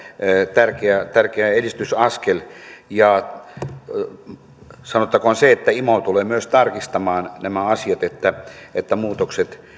tärkeä tärkeä edistysaskel sanottakoon se että imo tulee myös tarkistamaan nämä asiat että että muutokset